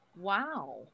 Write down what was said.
Wow